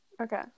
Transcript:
Okay